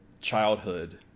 childhood